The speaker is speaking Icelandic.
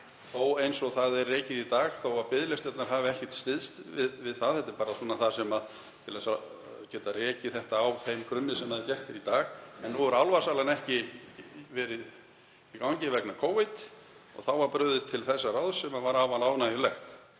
eins og það er rekið í dag þó að biðlistarnir hafi ekkert styst við það, þetta er bara svona til þess að geta rekið þetta á þeim grunni sem gert er í dag. En nú hefur álfasalan ekki verið í gangi vegna Covid og þá var gripið til þessa ráðs sem var afar ánægjulegt.